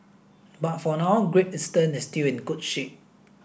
but for now Great Eastern is still in good shape